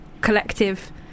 collective